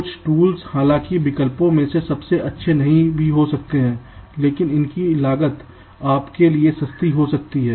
कुछ टूल्स हालांकि विकल्पों में से सबसे सबसे अच्छे नहीं भी हो सकता है लेकिन इनकी लागत आपके लिए सस्ती हो सकती है